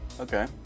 Okay